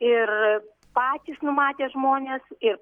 ir patys numatė žmones ir